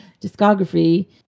discography